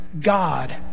God